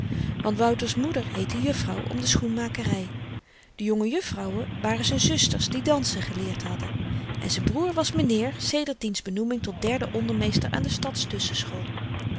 want wouter's moeder heette juffrouw om de schoenmakery de jonge juffrouwen waren z'n zusters die dansen geleerd hadden en z'n broer was m'nheer sedert diens benoeming tot derden ondermeester aan de stads tusschenschool